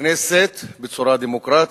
בכנסת בצורה דמוקרטית,